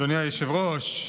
אדוני היושב-ראש,